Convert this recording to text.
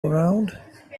around